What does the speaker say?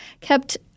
kept